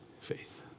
faith